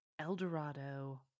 Eldorado